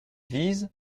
vise